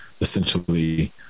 essentially